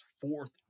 fourth